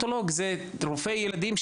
ניאונטולוג זה רופא ילדים,